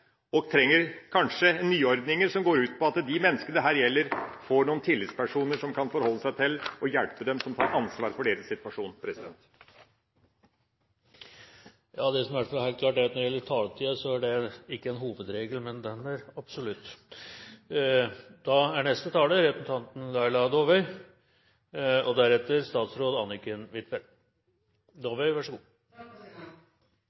kanskje trenger nyordninger som går ut på at menneskene som dette gjelder , får noen tillitspersoner å forholde seg til, som kan hjelpe dem, og som tar ansvar for deres situasjon. Det som i hvert fall er helt klart, er at når det gjelder taletiden, så er ikke den en hovedregel – den er absolutt! Det er stor enighet i komiteen om at passivt stønadsmottak er en dårlig løsning både for den enkelte og